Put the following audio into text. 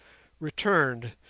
returned,